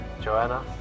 Joanna